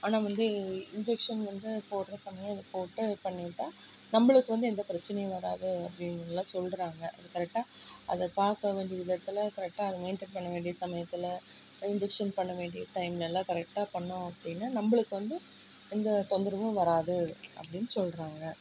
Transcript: ஆனால் வந்து இன்ஜெக்ஷன் வந்து போடுற சமையம் அது போட்டு பண்ணிவிட்டா நம்பளுக்கு வந்து எந்த பிரச்சனையும் வராது அப்படின்னுல்லாம் சொல்லுறாங்க அது கரெக்டாக அதை பார்க்க வேண்டிய விதத்தில் கரெக்டாக அதை மெயின்டென் பண்ண வேண்டிய சமயத்தில் இன்ஜெக்ஷன் பண்ண வேண்டிய டைம்ல எல்லாம் கரெக்டாக பண்ணோம் அப்படின்னா நம்பளுக்கு வந்து எந்த தொந்தரவும் வராது அப்படின் சொல்லுறாங்க